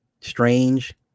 Strange